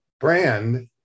brand